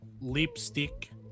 lipstick